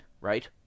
right